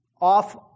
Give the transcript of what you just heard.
off